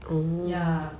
ya